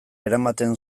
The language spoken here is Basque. eramaten